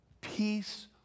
peace